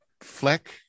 Fleck